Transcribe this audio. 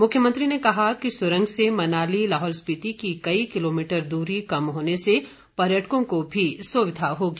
मुख्यमंत्री ने कहा कि सुरंग से मनाली लाहौल स्पीति की कई किलोमीटर दूरी कम होने से पर्यटकों को भी सुविधा होगी